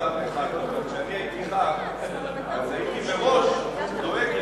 כשאני הייתי חבר כנסת הייתי מראש דואג,